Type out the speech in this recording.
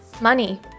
money